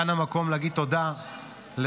כאן המקום להגיד תודה לשב"כ